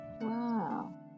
Wow